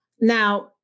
Now